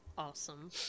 Awesome